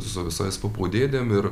su visais pupų dėdėm ir